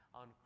on